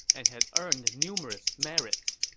and had earned numerous merits.